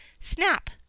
Snap